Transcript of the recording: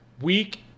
weak